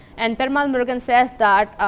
and perumal murugan says that,